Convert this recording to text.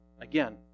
Again